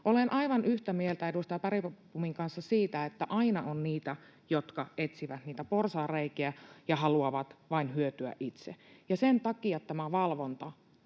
Olen aivan yhtä mieltä edustaja Bergbomin kanssa siitä, että aina on niitä, jotka etsivät niitä porsaanreikiä ja haluavat vain hyötyä itse, ja sen takia tämä valvonta,